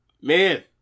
man